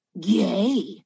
gay